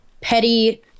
Petty